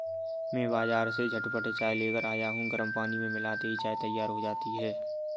मैं बाजार से झटपट चाय लेकर आया हूं गर्म पानी में मिलाते ही चाय तैयार हो जाती है